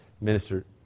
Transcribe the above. minister